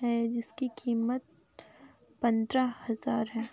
है जिसकी कीमत पंद्रह हजार है?